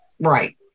Right